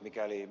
mikäli